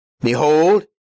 Behold